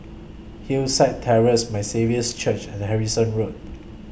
Hillside Terrace My Saviour's Church and Harrison Road